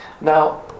Now